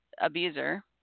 abuser